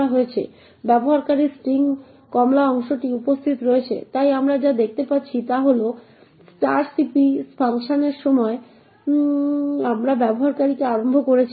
ব্যবহারকারীর স্ট্রিং কমলা অংশটি উপস্থিত রয়েছে তাই আমরা যা দেখতে পাচ্ছি তা হল strcpy ফাংশনের সময় আমরা ব্যবহারকারীকে আরম্ভ করেছি